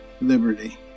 liberty